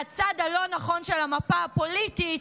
מהצד הלא-נכון של המפה הפוליטית,